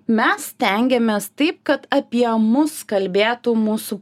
mes stengiamės taip kad apie mus kalbėtų mūsų